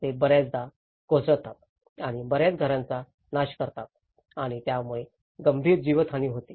ते बर्याचदा कोसळतात आणि बर्याच घरांचा नाश करतात आणि त्यामुळे गंभीर जीवितहानी होते